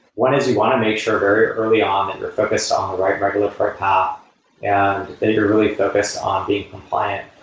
one is you want to make sure very early on that and you're focused ah on right regulatory top and that you're really focused on being compliant,